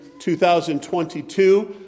2022